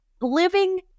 living